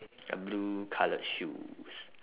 a blue coloured shoes